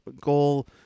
goal